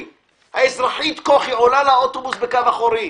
האזרחית כוכי עולה לאוטובוס בדלת האחורית.